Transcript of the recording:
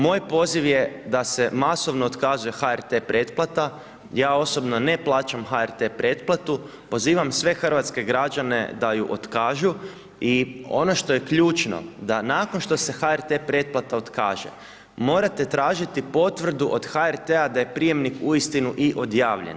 Moj poziv je da se masovno otkazuje HRT pretplata, ja osobno ne plaćam HRT preplatu, pozivam sve hrvatske građane da ju otkažu i ono što je ključno da nakon što se HRT pretplata otkaže, morate tražiti potvrdu od HRT-a da je prijamnik uistinu i odjavljen.